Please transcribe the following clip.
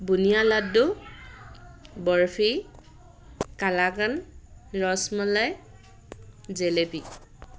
বুনিয়া লাডু বৰফি কালাকান ৰসমলাই জেলেপী